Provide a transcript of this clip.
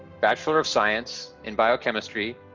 bachelor of science in biochemistry,